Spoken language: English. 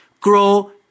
grow